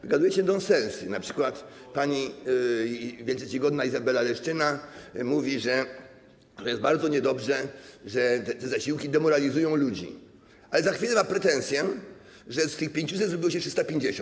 Wygadujecie nonsensy, np. pani wielce czcigodna Izabela Leszczyna mówi, że jest bardzo niedobrze, że te zasiłki demoralizują ludzi, ale za chwilę ma pretensję, że z tych 500 zrobiło się 350.